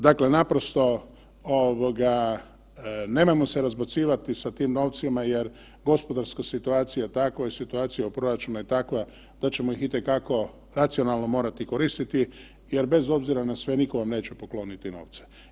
Dakle, naprosto ovoga nemojmo se razbacivati sa tim novcima jer gospodarska situacija, a takva situacija u proračunu je takva da ćemo i te kako ih racionalno morati koristiti jer bez obzira na sve nitko vam neće pokloniti novce.